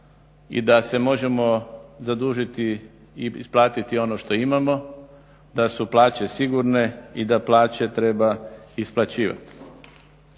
i da se možemo zadužiti i isplatiti ono što imamo, da su plaće sigurne i da plaće treba isplaćivat.